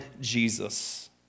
Jesus